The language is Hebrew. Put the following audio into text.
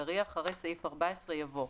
אחרי סעיף 14 יבוא: